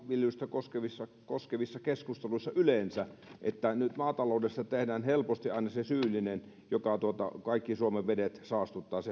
koskevissa koskevissa keskusteluissa yleensä että maataloudesta tehdään aina helposti se syyllinen joka kaikki suomen vedet saastuttaa sehän ei